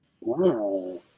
Wow